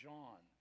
John